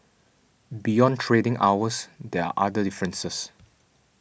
beyond trading hours there are other differences